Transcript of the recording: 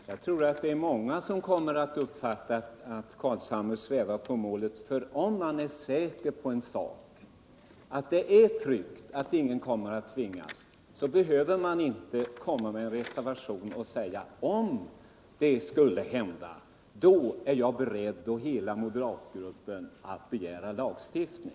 Herr talman! Jag tror att det är många som uppfattade att herr Carlshamre svävade på målet, för om man är säker på att ingen kommer att tvingas behöver man inte avge någon reservation och säga, att om det och det skulle hända, så är jag och hela moderatgruppen beredd att begära en lagstiftning.